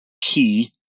key